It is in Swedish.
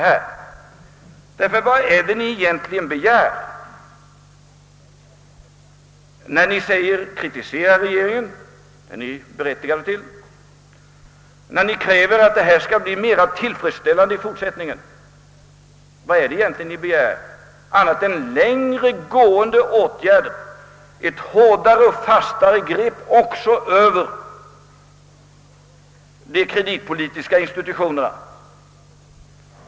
När ni kritiserar regeringen — vilket ni har rätt att göra — och kräver att förhållandena på bostadsområdet skall bli mera tillfredsställande i fortsättningen, vad är det då ni begär annat än längre gående åtgärder och ett hårdare och fastare grepp också över de kreditpolitiska institutionerna?